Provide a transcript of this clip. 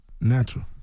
natural